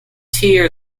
tea